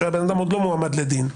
שהאדם עוד לא מועמד לדין.